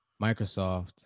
Microsoft